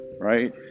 right